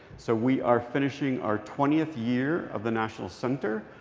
so we are finishing our twentieth year of the national center.